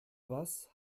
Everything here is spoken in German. was